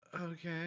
Okay